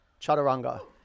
chaturanga